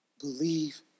believe